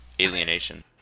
alienation